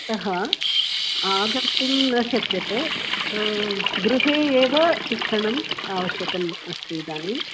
अतः आगन्तुं न शक्यते गृहे एव शिक्षणम् आवश्यकम् अस्ति इदानीम्